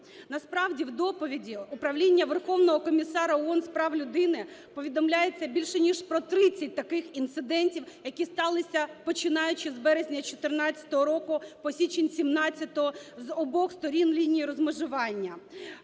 Насправді, в доповіді Управління Верховного комісара ООН з прав людини повідомляється більш ніж про 30 таких інцидентів, які сталися, починаючи з березня 14-го року по січень 17-го з обох сторін лінії розмежування.